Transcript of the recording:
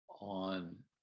on